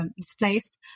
displaced